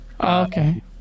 okay